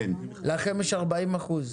לכם יש 40 אחוזים.